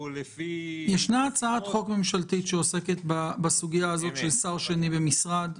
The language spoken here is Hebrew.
יש הצעת חוק ממשלתית שעוסקת בסוגיה הזאת של שר שני במשרד.